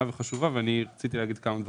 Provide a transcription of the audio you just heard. מאוד וחשובה ורציתי להגיד כמה דברים.